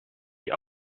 die